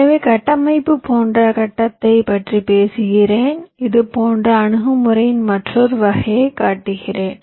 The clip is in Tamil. எனவே கட்டமைப்பு போன்ற கட்டத்தைப் பற்றி பேசுகிறேன் எனவே இதேபோன்ற அணுகுமுறையின் மற்றொரு வகையை காட்டுகிறேன்